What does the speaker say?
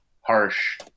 harsh